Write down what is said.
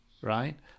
right